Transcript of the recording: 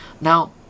Now